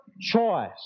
choice